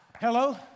Hello